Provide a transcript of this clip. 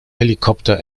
helikopter